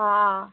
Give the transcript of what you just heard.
ହଁ